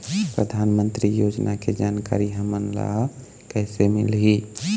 परधानमंतरी योजना के जानकारी हमन ल कइसे मिलही?